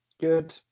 good